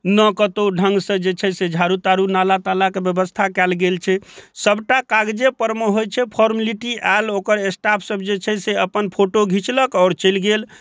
ने कतौ ढङ्गसँ जे छै से झाड़ू ताड़ू नाला ताला के बेबस्था कयल गेल छै सबटा कागजे परमे होइ छै फोर्मलिटी आयल ओकर स्टाफ सब जे छै से अपन फोटो घिचलक आओर चलि गेल